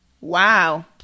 Wow